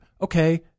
okay